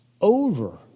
over